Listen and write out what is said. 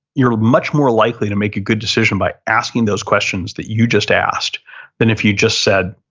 you're much more likely to make a good decision by asking those questions that you just asked than if you just said,